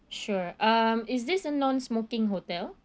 sure um is this a non smoking hotel